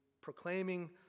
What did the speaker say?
proclaiming